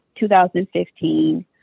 2015